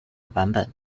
版本